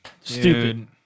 Stupid